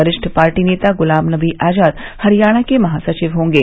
वरिष्ठ पार्टी नेता गुलाम नवी आजाद हरियाणा के महासचिव होंगे